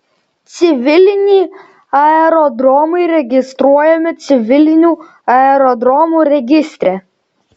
civiliniai aerodromai registruojami civilinių aerodromų registre